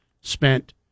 spent